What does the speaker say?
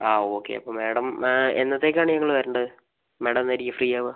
ആ ഓക്കേ അപ്പം മേഡം എന്നത്തേക്കാണ് ഞങ്ങൾ വരേണ്ടത് മേഡം എന്നായിരിക്കും ഫ്രീ ആവുക